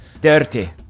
Dirty